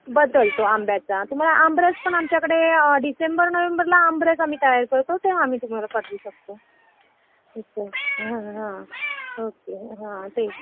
बदलतो आंब्याचा तुम्हाला आमरस पण आमच्याकडे डिसेंबर नोवेंबरला आमरस आम्ही तयार करतो ते आम्ही तुम्हाला पाठवू शकतो असं हां हां ओके हां तेच